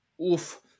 Oof